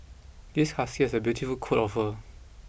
this husky has a beautiful coat of fur